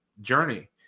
journey